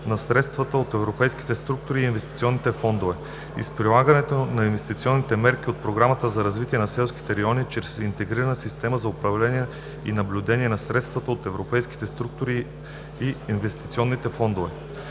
на средствата от европейските структурни и инвестиционни фондове (ЗУСЕСИФ) и с прилагането на инвестиционните мерки от Програмата за развитие на селските райони (ПРСР) чрез Интегрираната система за управление и наблюдение на средствата от Европейските структурни и инвестиционни фондове